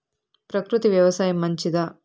ప్రకృతి వ్యవసాయం మంచిదా?